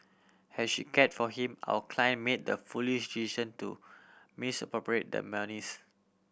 has she cared for him our client made the foolish decision to misappropriate the monies